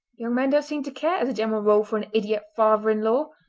young men don't seem to care, as a general rule, for an idiot father-in-law!